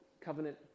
covenant